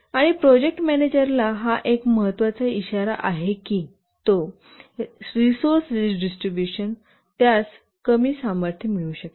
आणि प्रोजेक्ट मॅनेजरला हा एक महत्वाचा इशारा आहे की तो रिडिस्ट्रिब्युशन रिसोर्स त्यास कमी सामर्थ्य मिळू शकेल